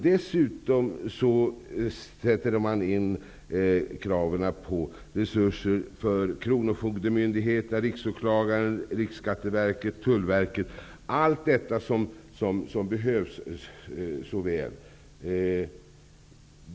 Dessutom innehåller motionen krav på resurser till kronofogdemyndigheterna, Riksåklagaren, Riksskatteverket och Tullverket, och detta är resurser som är i hög grad nödvändiga.